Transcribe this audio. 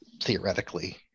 theoretically